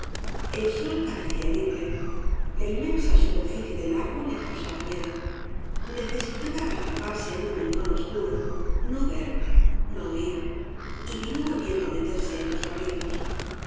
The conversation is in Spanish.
el sol parecía herirle la inmensa superficie del lago le causaba miedo necesitaba agazaparse en un rincón obscuro no ver no oir y viró volviendo á meterse en los carrizos